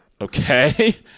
okay